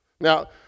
Now